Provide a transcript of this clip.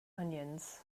onions